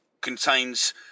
contains